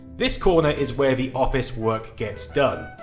this corner is where the office work gets done.